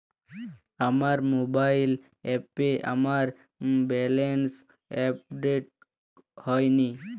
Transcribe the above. আমার মোবাইল অ্যাপে আমার ব্যালেন্স আপডেট হয়নি